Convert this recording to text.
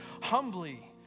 humbly